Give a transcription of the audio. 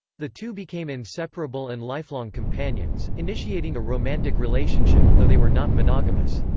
the two became inseparable and lifelong companions, initiating a romantic relationship, though they were not monogamous.